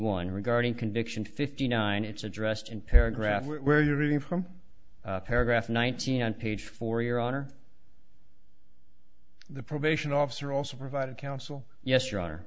one regarding conviction fifty nine it's addressed in paragraph where you're reading from paragraph nineteen and page for your honor the probation officer also provided counsel yes you